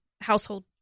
household